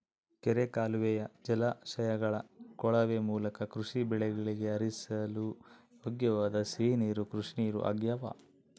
ಕೆರೆ ಕಾಲುವೆಯ ಜಲಾಶಯಗಳ ಕೊಳವೆ ಮೂಲಕ ಕೃಷಿ ಬೆಳೆಗಳಿಗೆ ಹರಿಸಲು ಯೋಗ್ಯವಾದ ಸಿಹಿ ನೀರು ಕೃಷಿನೀರು ಆಗ್ಯಾವ